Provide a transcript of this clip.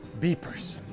beepers